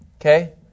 Okay